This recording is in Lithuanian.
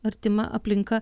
artima aplinka